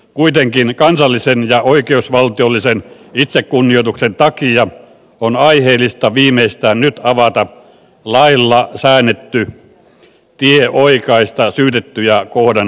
kuitenkin kansallisen ja oikeusvaltiollisen itsekunnioituksen takia on aiheellista viimeistään nyt avata lailla säännelty tie oikaista syytettyjä kohdannut vääryys